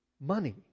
money